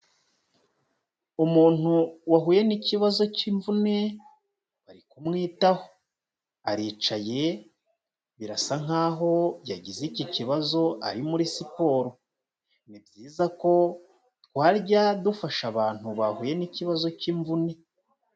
Umuntu wahuye n'ikibazo cy'imvune bari kumwitaho, aricaye birasa nkaho yagize iki kibazo ari muri siporo, ni byiza ko twajya dufasha abantu bahuye n'ikibazo cy'imvune.